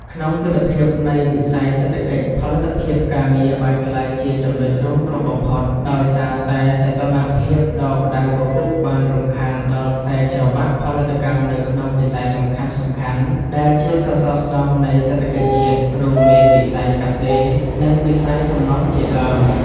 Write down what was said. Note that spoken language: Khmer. ក្នុងទិដ្ឋភាពនៃវិស័យសេដ្ឋកិច្ច ផលិតភាពការងារបានក្លាយជាចំណុចរងគ្រោះបំផុត ដោយសារតែសីតុណ្ហភាពដ៏ក្ដៅគគុកបានរំខានដល់ខ្សែច្រវាក់ផលិតកម្មនៅក្នុងវិស័យសំខាន់ៗដែលជាសសរស្តម្ភនៃសេដ្ឋកិច្ចជាតិ រួមមានវិស័យកាត់ដេរ និងវិស័យសំណង់ជាដើម។